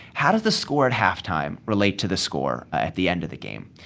how does the score at halftime relate to the score at the end of the game?